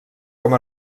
com